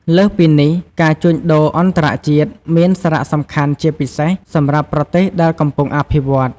លើសពីនេះការជួញដូរអន្តរជាតិមាន សារៈសំខាន់ជាពិសេស សម្រាប់ប្រទេសដែលកំពុងអភិវឌ្ឃ។